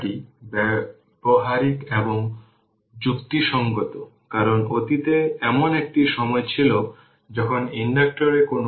সুতরাং এটি মূলত 0125 t 2 e থেকে পাওয়ার 20 t জুল তাই এটি একটি সহজ উদাহরণ